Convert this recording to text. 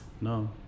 No